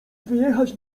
wyjechać